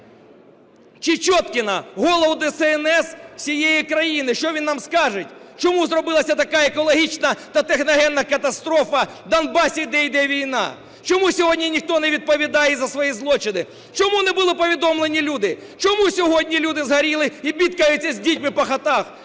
Чечоткіна, голову ДСНС всієї країни, що він нам скаже. Чому зробилася така екологічна та техногенна катастрофа в Донбасі, де йде війна? Чому сьогодні ніхто не відповідає за свої злочини? Чому не були повідомлені люди? Чому сьогодні люди згоріли і бідкаються з дітьми по хатах?